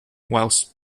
whilst